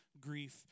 grief